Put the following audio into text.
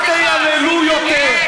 אל תייללו יותר.